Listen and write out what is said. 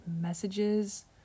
messages